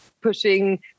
pushing